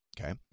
Okay